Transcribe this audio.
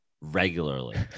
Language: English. regularly